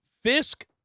Fisk